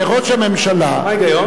יכול להיות שהממשלה, מה ההיגיון?